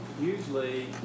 Usually